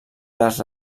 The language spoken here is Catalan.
les